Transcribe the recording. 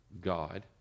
God